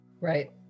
right